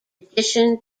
edition